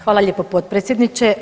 Hvala lijepo potpredsjedniče.